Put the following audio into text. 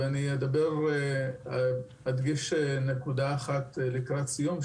ואני אדגיש נקודה אחת לקראת סיום,